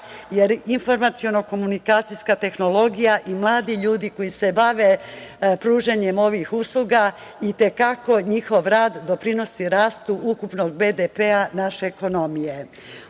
jer informaciono-komunikacijska tehnologija i mladi ljudi koji se bave pružanjem ovih usluga i te kako njihov rad doprinosi rastu ukupnog BDP naše ekonomije. Ono